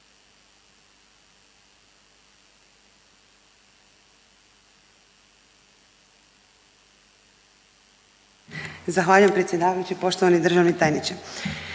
Zahvaljujem vam se. Poštovani državni tajniče,